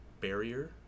barrier